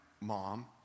mom